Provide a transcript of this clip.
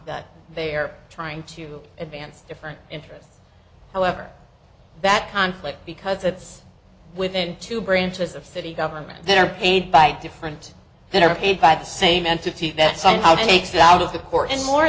that they're trying to advance different interests however that conflict because it's within two branches of city government they're paid by different than are paid by the same entity that somehow makes it out of the core and more